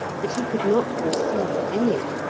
but he could not conceive any.